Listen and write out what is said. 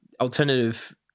alternative